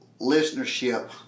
listenership